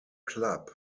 club